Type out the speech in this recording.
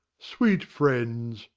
sweet friends,